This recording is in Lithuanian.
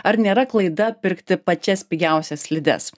ar nėra klaida pirkti pačias pigiausias slides